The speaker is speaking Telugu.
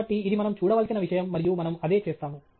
కాబట్టి ఇది మనం చూడవలసిన విషయం మరియు మనము అదే చేస్తాము